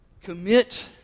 Commit